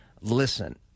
Listen